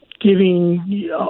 giving